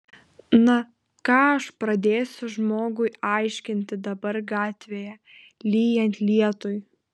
na ką aš pradėsiu žmogui aiškinti dabar gatvėje lyjant lietui